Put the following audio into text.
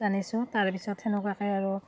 জানিছোঁ তাৰ পিছত সেনেকুৱাকৈ আৰু